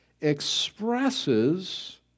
expresses